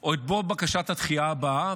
או את בוא בקשת הדחייה הבאה,